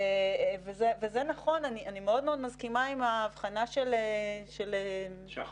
זה נכון, אני מאוד מסכימה עם האבחנה של שחר,